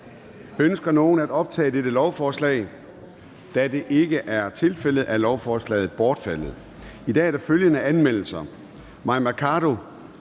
Ønsker nogen at optage dette lovforslag? Da det ikke er tilfældet, er lovforslaget bortfaldet. I dag er der følgende anmeldelser: